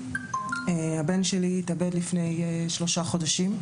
הבן שלי התאבד לפני שלושה חודשים,